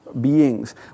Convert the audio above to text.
beings